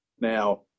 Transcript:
Now